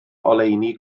oleuni